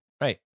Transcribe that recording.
Right